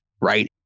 right